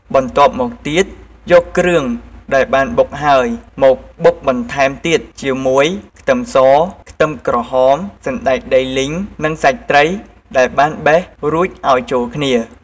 បន្ទាប់មកទៀតយកគ្រឿងដែលបានបុកហើយ មកបុកបន្ថែមទៀតជាមួយ ខ្ទឹមស ខ្ទឹមក្រហម សណ្ដែកដីលីង និងសាច់ត្រីដែលបានបេះរួចឲ្យចូលគ្នា។